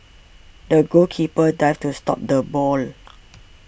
the goalkeeper dived to stop the ball